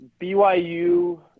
BYU